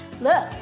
Look